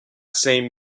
same